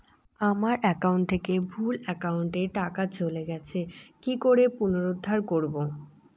আমার একাউন্ট থেকে ভুল একাউন্টে টাকা চলে গেছে কি করে পুনরুদ্ধার করবো?